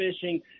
fishing